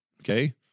Okay